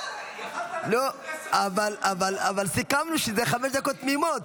--- אבל סיכמנו שזה חמש דקות תמימות.